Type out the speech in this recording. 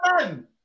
man